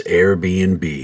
Airbnb